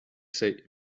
say